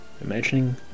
imagining